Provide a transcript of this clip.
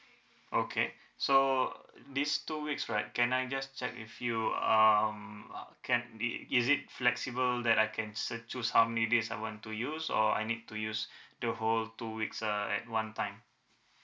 okay so these two weeks right can I just check with you um can be is it flexible that I can se~ choose how many days I want to use or I need to use the whole two weeks uh at one time